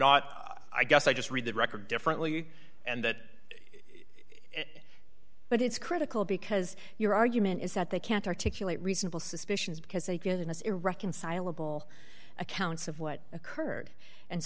not i guess i just read the record differently and that it but it's critical because your argument is that they can't articulate reasonable suspicions because they can as irreconcilable accounts of what occurred and